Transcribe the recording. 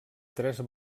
tres